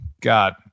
god